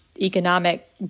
economic